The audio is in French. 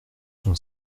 son